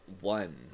one